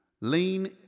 lean